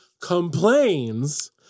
complains